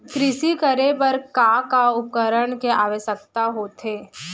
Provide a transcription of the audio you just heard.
कृषि करे बर का का उपकरण के आवश्यकता होथे?